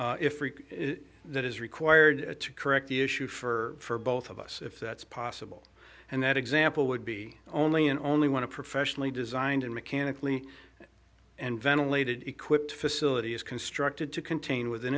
if that is required to correct the issue for both of us if that's possible and that example would be only an only want to professionally designed and mechanically and ventilated equipped facility is constructed to contain within